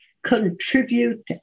contribute